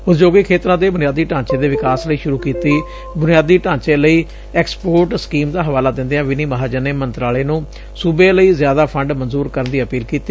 ਉਦਯੋਗਿਕ ਖੇਤਰਾਂ ਦੇ ਬੁਨਿਆਦੀ ਢਾਂਚੇ ਦੇ ਵਿਕਾਸ ਲਈ ਸ਼ੁਰੁ ਕੀਤੀ ਬੁਨਿਆਦੀ ਢਾਂਚੇ ਲਈ ਐਕਸਪੋਰਟ ਸਕੀਮ ਦਾ ਹਵਾਲਾ ਦਿੰਦਿਆਂ ਵਿਨੀ ਮਹਾਜਨ ਨੇ ਮੰਤਰਾਲੇ ਨੂੰ ਸੁਬੇ ਲਈ ਜ਼ਿਆਦਾ ਫੰਡ ਮਨਜ਼ੁਰ ਕਰਨ ਦੀ ਅਪੀਲ ਕੀਤੀ